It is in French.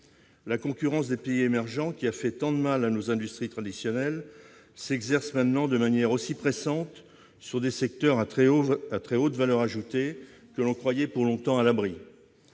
La concurrence des pays émergents, qui a fait tant de mal à nos industries traditionnelles, s'exerce maintenant de manière aussi pressante sur des secteurs à très haute valeur ajoutée, que l'on croyait pour longtemps à l'abri.